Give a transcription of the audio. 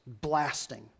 blasting